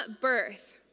birth